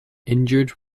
injured